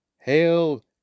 Hail